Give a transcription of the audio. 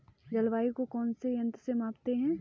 जलवायु को कौन से यंत्र से मापते हैं?